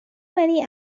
many